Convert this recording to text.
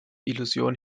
illusion